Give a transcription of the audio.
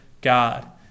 God